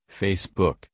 Facebook